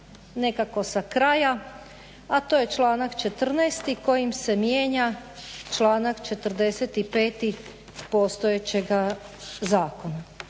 nekako sa kraja, a to je članak 14.kojim se mijenja članak 45.postojećega zakona.